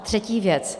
Třetí věc.